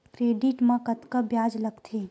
Credit मा कतका ब्याज लगथे?